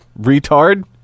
retard